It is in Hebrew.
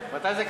מתי זה קרה?